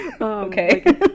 Okay